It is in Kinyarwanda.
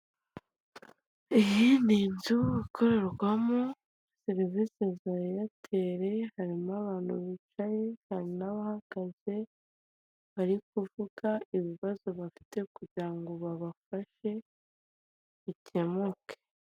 Iyi n'inzu ikorerwamo serivisi za eyateri harimo abantu bicaye hari n'abahagaze bari kuvuga ibibazo bafite kugira ngo babafashe bikemuke.